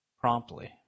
promptly